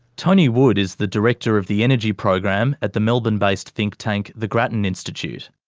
tony wood is the director of the energy program at the melbourne-based think tank, the grattan institute.